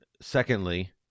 secondly